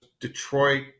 Detroit